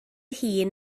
hun